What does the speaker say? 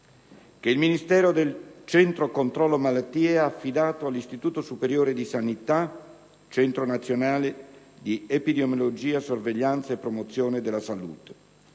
che il Ministero- Centro controllo malattie ha affidato all'Istituto superiore di sanità (Centro nazionale di epidemiologia, sorveglianza e promozione della salute).